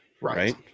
Right